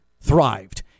thrived